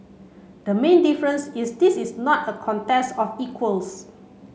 the main difference is this is not a contest of equals